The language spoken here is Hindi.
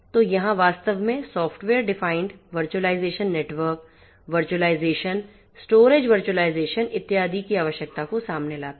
तो यहाँ वास्तव में software defined virtualization network virtualization storage virtualization इत्यादि की आवश्यकता को सामने लाता है